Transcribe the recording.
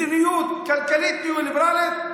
מדיניות כלכלית ניאו-ליברלית,